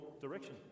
direction